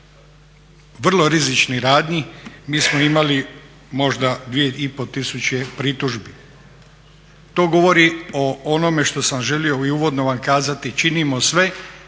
vrlo rizičnih radnji mi smo imali možda 2,5 tisuće pritužbi. To govori o onome što sam želi i uvodno vam kazati činimo sve